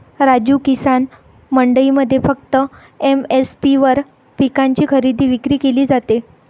राजू, किसान मंडईमध्ये फक्त एम.एस.पी वर पिकांची खरेदी विक्री केली जाते